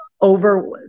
over